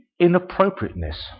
inappropriateness